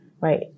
right